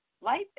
Life